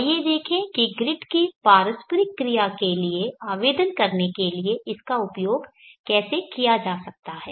आइए देखें कि ग्रिड की पारस्परिक क्रिया के लिए आवेदन करने के लिए इसका उपयोग कैसे किया जा सकता है